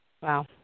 Wow